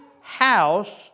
house